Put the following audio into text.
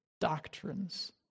doctrines